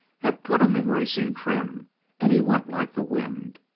had put him in racing trim and he went like the wind.